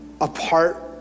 apart